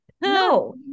No